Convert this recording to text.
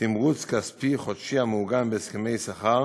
תמרוץ כספי חודשי, המעוגן בהסכמי שכר